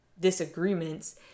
disagreements